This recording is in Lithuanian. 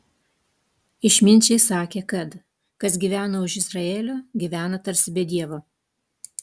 išminčiai sakė kad kas gyvena už izraelio gyvena tarsi be dievo